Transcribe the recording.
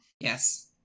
Yes